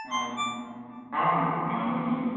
हाँ हाँ मालूम ही है